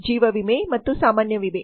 ಜೀವ ವಿಮೆ ಮತ್ತು ಸಾಮಾನ್ಯ ವಿಮೆ